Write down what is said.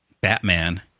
Batman